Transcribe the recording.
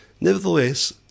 Nevertheless